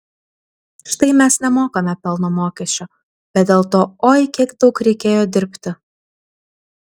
štai mes nemokame pelno mokesčio bet dėl to oi kiek daug reikėjo dirbti